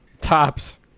Tops